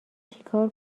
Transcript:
چیکار